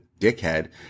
dickhead